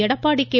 Edappadi K